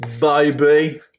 baby